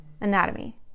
Anatomy